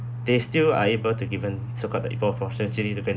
they still are able to given so-called the equal portion significant